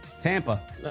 Tampa